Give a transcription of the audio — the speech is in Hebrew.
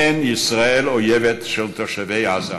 אין ישראל אויבת של תושבי עזה.